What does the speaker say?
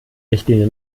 richtlinie